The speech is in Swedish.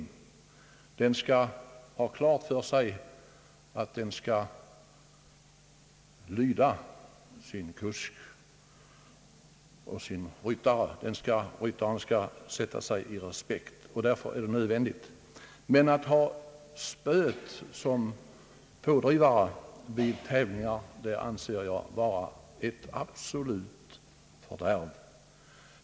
Hästen skall ha klart för sig att den skall lyda sin kusk och sin ryttare. Ryttaren skall sätta sig i respekt, och därför är det nödvändigt att använda spö. Men att ha spö som pådrivare vid tävlingar anser jag vara ett absolut fördärv.